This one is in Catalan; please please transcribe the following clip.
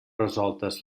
resoltes